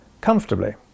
comfortably